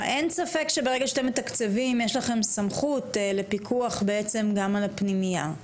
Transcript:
אין ספק שברגע שאתם מתקצבים יש לכם סמכות לפיקוח בעצם גם על הפנימייה,